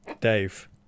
Dave